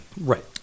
right